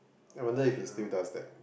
I wonder if he still does that